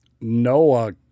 Noah